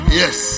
yes